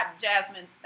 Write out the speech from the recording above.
Jasmine